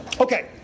Okay